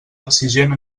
exigent